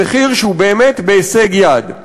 במחיר שהוא באמת בהישג יד.